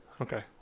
Okay